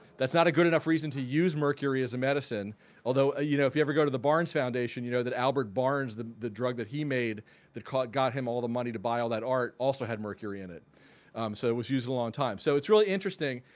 that's not a good enough reason to use mercury as a medicine although ah you know if you ever go to the barnes foundation you know that albert barnes the the drug that he made that got got him all the money to buy all that art also had mercury in it. so it was used a long time. so it's really interesting.